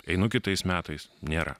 einu kitais metais nėra